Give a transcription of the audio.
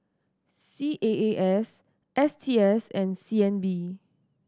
C A A S S T S and C N B